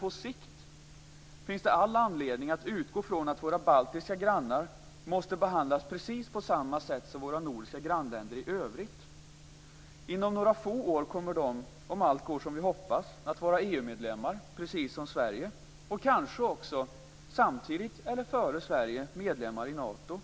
På sikt finns det dock all anledning att utgå från att våra baltiska grannar måste behandlas precis på samma sätt som våra nordiska grannländer i övrigt. Om allt går som vi hoppas kommer de inom några få år att vara EU-medlemmar, precis som Sverige, och kanske också - samtidigt som eller före Sverige - medlemmar i Nato.